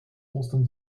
ostern